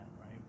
right